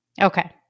Okay